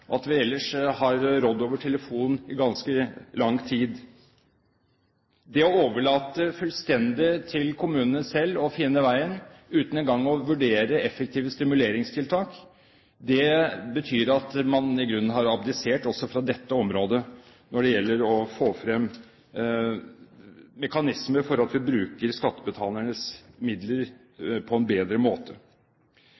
at vi ellers har rådd over telefon i ganske lang tid. Det å overlate fullstendig til kommunene selv å finne veien uten engang å vurdere effektive stimuleringstiltak, betyr at man i grunnen har abdisert også på dette området når det gjelder å få frem mekanismer for at vi bruker skattebetalernes midler